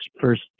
first